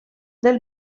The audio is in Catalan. del